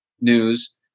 news